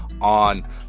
on